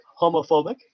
homophobic